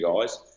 guys